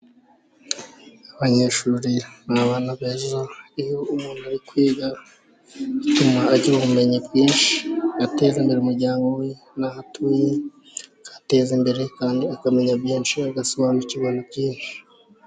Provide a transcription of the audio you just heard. Abanyeshuri ni abana beza. Iyo umuntu ari kwiga bituma agira ubumenyi bwinshi, ateza imbere umuryango we, n'aho atuye akahateza imbere, kandi akamenya byinshi agasobanukirwa byinshi.